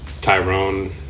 Tyrone